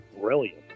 brilliant